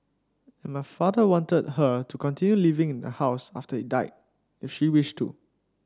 and my father wanted her to continue living in the house after he died if she wished to